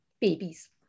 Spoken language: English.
Babies